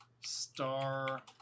Star